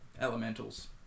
elementals